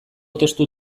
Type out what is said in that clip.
testu